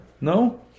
No